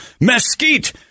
mesquite